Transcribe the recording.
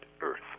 earth